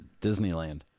Disneyland